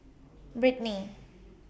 Brittnie